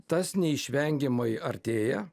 tas neišvengiamai artėja